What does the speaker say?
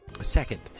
Second